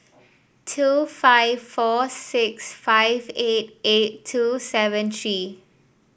two five four six five eight eight two seven three